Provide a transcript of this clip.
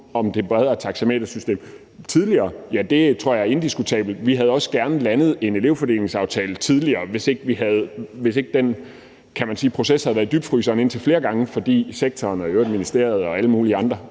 om det bredere taxametersystem tidligere, ja, det tror jeg er indiskutabelt. Vi havde også gerne landet en elevfordelingsaftale tidligere, hvis ikke den proces, kan man sige, havde været i dybfryseren indtil flere gange, fordi sektoren og i øvrigt ministeriet og alle mulige andre